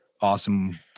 awesome